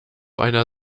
einer